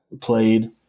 played –